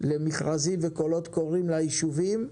למכרזים וקולות קוראים ליישובים.